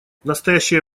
настоящее